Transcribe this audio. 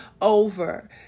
over